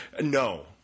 No